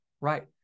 Right